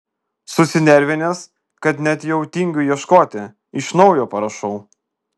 susinervinęs kad net jau tingiu ieškoti iš naujo parašau